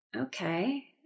okay